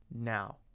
now